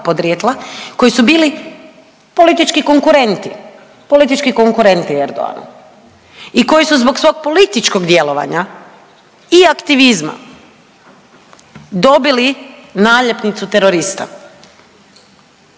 koji su bili politički konkurenti, politički konkurenti Erdogana i koji su zbog svog političkog djelovanja i aktivizma dobili naljepnicu terorista.